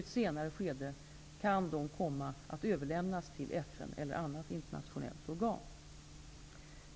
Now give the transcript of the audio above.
I ett senare skede kan de komma att överlämnas till FN eller annat internationellt organ.